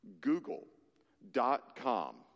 Google.com